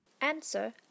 Answer